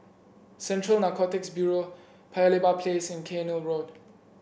Central Narcotics Bureau Paya Lebar Place and Cairnhill Road